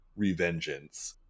Revengeance